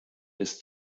ist